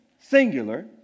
singular